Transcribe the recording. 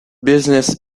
business